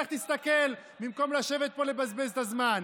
לך תסתכל במקום לשבת פה ולבזבז את הזמן.